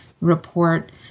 report